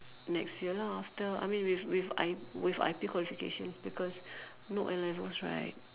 next year lah after I mean with with I with I_P qualifications because no N-levels right